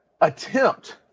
attempt